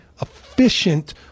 efficient